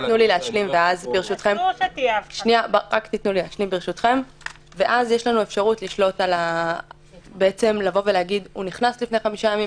-- ואז יש לנו אפשרות להגיד שהוא נכנס לפני חמישה ימים,